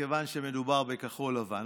מכיוון שמדובר בכחול לבן,